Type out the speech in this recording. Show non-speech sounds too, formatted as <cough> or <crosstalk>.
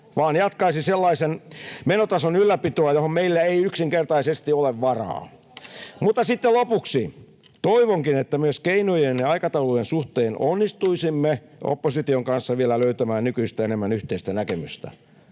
vaan jatkaisi sellaisen menotason ylläpitoa, johon meillä ei yksinkertaisesti ole varaa. Mutta sitten lopuksi: toivonkin, että myös keinojen ja aikataulujen suhteen <noise> onnistuisimme opposition kanssa vielä löytämään nykyistä enemmän yhteistä näkemystä.